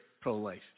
pro-life